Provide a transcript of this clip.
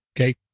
Okay